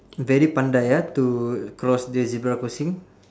very pandai ah to cross the zebra crossing